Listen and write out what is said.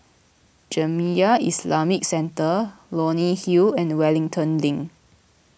Jamiyah Islamic Centre Leonie Hill and Wellington Link